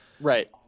Right